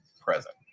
present